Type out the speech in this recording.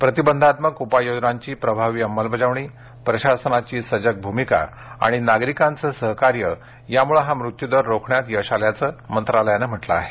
प्रतिबंधात्मक उपाययोजनांची प्रभावी अंमलबजावणी प्रशासनाची सजग भूमिका आणि नागरीकांचं सहकार्य यामुळं हा मृत्यूदर रोखण्यात यश आल्याचं आरोग्य मंत्रालयानं म्हटलं आहे